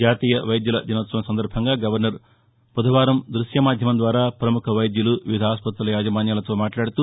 జాతీయ వైద్యుల దినోత్సవం సందర్భంగా గవర్నర్ బుధవారం దృశ్య మాధ్యమం ద్వారా ప్రముఖ వైద్యులు వివిధ ఆసుపత్రుల యాజమాన్యాలతో మాట్లాడుతూ